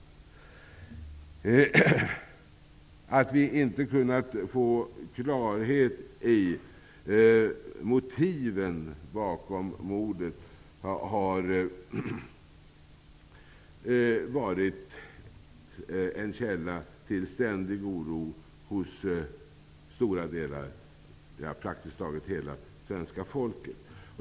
Att vi inte kunnat få klarhet i motiven bakom mordet har varit en källa till ständig oro hos praktiskt taget hela svenska folket.